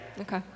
Okay